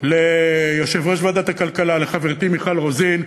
ליושב-ראש ועדת הכלכלה ולחברתי מיכל רוזין,